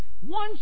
One